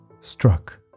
struck